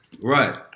Right